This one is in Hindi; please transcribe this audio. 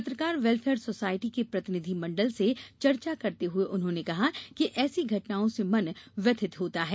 पत्रकार वेलफेयर सोसायटी के प्रतिनिधि मंडल से चर्चा करते हुए उन्होंने कहा कि ऐसी घटनाओं से मन व्यथित होता है